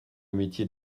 métier